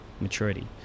maturity